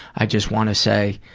i just wanna say